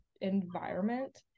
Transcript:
environment